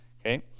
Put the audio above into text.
Okay